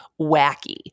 wacky